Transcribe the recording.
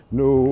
no